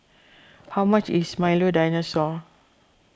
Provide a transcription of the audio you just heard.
how much is Milo Dinosaur